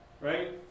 right